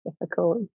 difficult